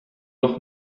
doch